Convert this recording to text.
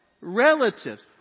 Relatives